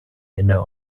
inne